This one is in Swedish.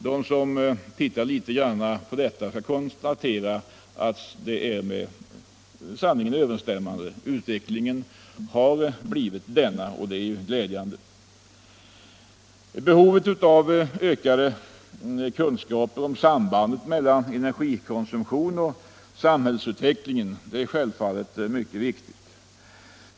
De som tittar litet på detta skall finna att det är med sanningen överensstämmande; utvecklingen har blivit denna, och det är glädjande. Behovet av ökade kunskaper om sambandet mellan energikonsumtion och samhällsutveckling är självfallet mycket viktigt.